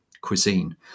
cuisine